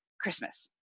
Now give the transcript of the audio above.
Christmas